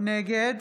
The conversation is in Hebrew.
נגד